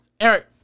Eric